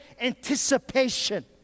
anticipation